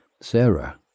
Sarah